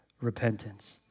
repentance